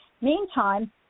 Meantime